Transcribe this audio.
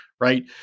right